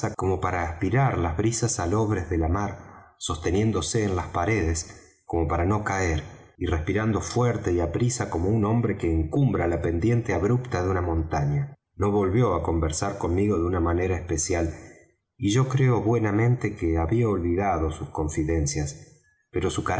como para aspirar las brisas salobres de la mar sosteniéndose en las paredes como para no caer y respirando fuerte y aprisa como un hombre que encumbra la pendiente abrupta de una montaña no volvió á conversar conmigo de una manera especial y yo creo buenamente que había olvidado sus confidencias pero su